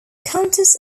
countess